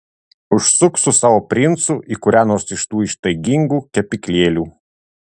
užsuk su savo princu į kurią nors iš tų ištaigingų kepyklėlių